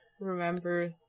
remember